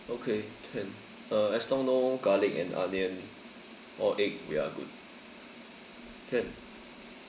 okay can uh as long no garlic and onion or egg we are good can